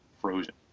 frozen